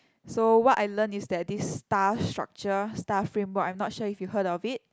so what I learn is that this star structure star framework I'm not sure if you heard of it